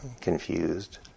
confused